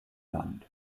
land